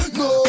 no